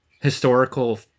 historical